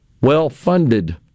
well-funded